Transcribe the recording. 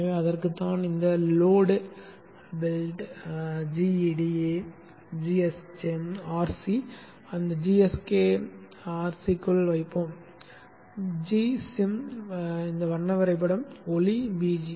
எனவே அதுதான் இந்த load build gda gschem rc அந்த ஜிஎஸ்கேம் ஆர்சிக்குள் வைப்போம் g sym வண்ண வரைபடம் ஒளி bg